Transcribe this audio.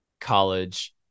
college